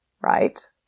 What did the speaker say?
right